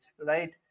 right